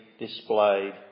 displayed